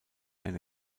eine